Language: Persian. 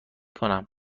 کنم